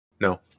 No